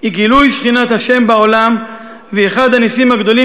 היא גילוי שכינת ה' בעולם ואחד הנסים הגדולים